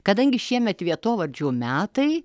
kadangi šiemet vietovardžių metai